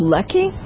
Lucky